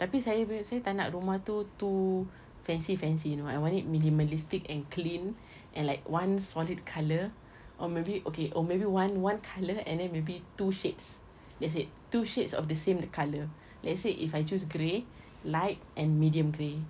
tapi saya saya tak nak rumah tu too fancy fancy you know [what] I want it minimalistic and clean and like one solid colour or maybe okay or maybe one one colour and then maybe two shades that's it two shades of the same colour let's say if I choose grey light and medium grey